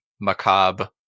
macabre